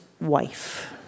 wife